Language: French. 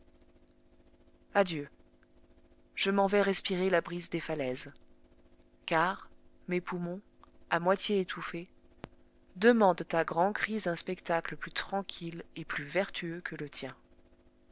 adieu je m'en vais respirer la brise des falaises car mes poumons à moitié étouffés demandent à grands cris un spectacle plus tranquille et plus vertueux que le tien